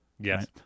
Yes